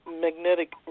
magnetic